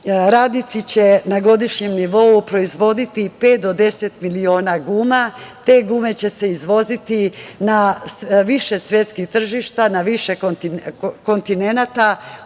Radnici će na godišnjem nivou proizvoditi pet do 10 miliona guma. Te gume će se izvoziti na više svetskih tržišta, na više kontinenata,